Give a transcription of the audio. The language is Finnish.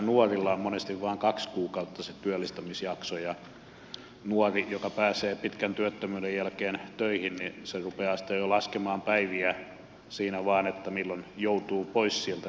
nuorilla on monesti vain kaksi kuukautta se työllistämisjakso ja nuori joka pääsee pitkän työttömyyden jälkeen töihin rupeaa sitten jo laskemaan päiviä siinä vain että milloin joutuu pois sieltä työstä